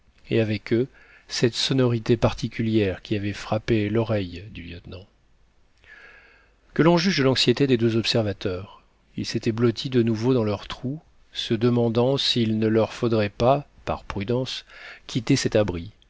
et avec eux cette sonorité particulière qui avait frappé l'oreille du lieutenant que l'on juge de l'anxiété des deux observateurs ils s'étaient blottis de nouveau dans leur trou se demandant s'il ne leur faudrait pas par prudence quitter cet abri